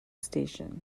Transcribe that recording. station